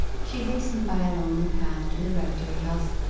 she hastened by a lonely path to the rectory-house,